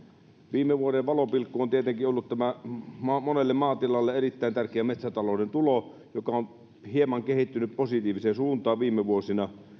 viime vuoden valopilkku on tietenkin ollut tämä monelle maatilalle erittäin tärkeä metsätalouden tulo joka on hieman kehittynyt positiiviseen suuntaan viime vuosina